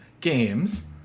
games